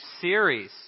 series